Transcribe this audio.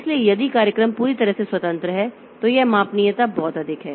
इसलिए यदि कार्यक्रम पूरी तरह से स्वतंत्र हैं तो यह मापनीयता बहुत अधिक है